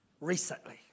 recently